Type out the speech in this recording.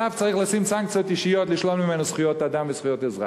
עליו צריך לשים סנקציות אישיות ולשלול ממנו זכויות אדם וזכויות אזרח.